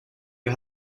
wir